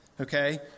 okay